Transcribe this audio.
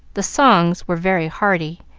the songs were very hearty,